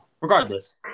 regardless